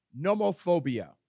Nomophobia